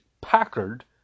Packard